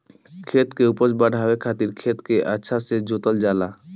खेत के उपज बढ़ावे खातिर खेत के अच्छा से जोतल जाला